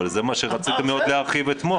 אבל זה מה שרציתם מאוד להרחיב אתמול.